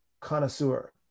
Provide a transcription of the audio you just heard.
connoisseur